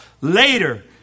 Later